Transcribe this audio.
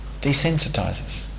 desensitizes